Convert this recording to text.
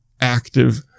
active